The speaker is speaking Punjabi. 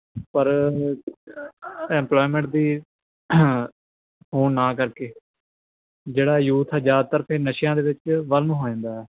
ਪਰ ਇੰਪਲੋਮੈਂਟ ਦੀ ਹੋਣ ਨਾ ਕਰਕੇ ਜਿਹੜਾ ਯੂਥ ਜਿਆਦਾਤਰ ਤਾਂ ਨਸ਼ਿਆਂ ਦੇ ਵਿੱਚ ਵਲਮ ਹੋ ਜਾਂਦਾ